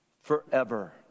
forever